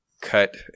cut